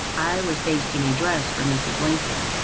i was basting a dress for mrs. lincoln.